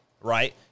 right